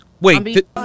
Wait